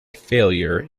failure